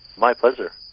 my pleasure.